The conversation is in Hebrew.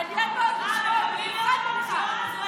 מעניין לשמוע, במיוחד ממך.